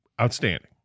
Outstanding